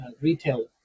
retail